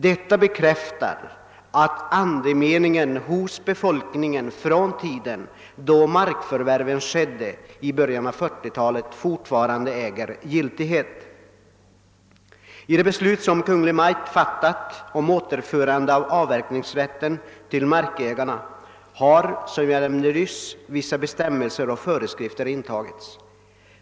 Detta bekräftar att den anda som befolkningen visade då markför värven gjordes i början av 1940-talet fortfarande står sig. I det beslut som Kungl. Maj:t fattat om återförande av avverkningsrätten till markägarna har, som jag nyss nämnde, vissa bestämmelser och föreskrifter — intagits.